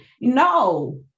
no